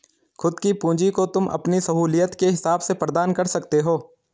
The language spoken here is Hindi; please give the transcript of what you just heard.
खुद की पूंजी को तुम अपनी सहूलियत के हिसाब से प्रदान कर सकते हो